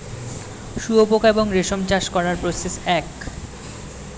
শুয়োপোকা এবং রেশম চাষ করার প্রসেস এক